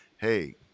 hey